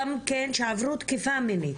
גם כאלה שעברו תקיפה מינית,